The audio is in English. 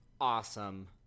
awesome